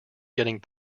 getting